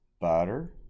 Butter